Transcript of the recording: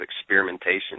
experimentation